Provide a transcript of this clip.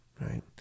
right